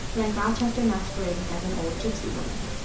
like rochester masquerading as an old gypsy woman.